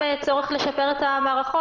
וגם צורך לשפר את המערכות,